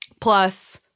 Plus